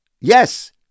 Yes